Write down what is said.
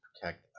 protect